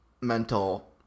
mental